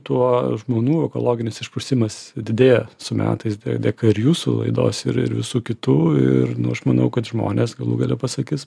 tuo žmonių ekologinis išprusimas didėja su metais dėka ir jūsų laidos ir ir visų kitų ir aš manau kad žmonės galų gale pasakys